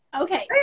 Okay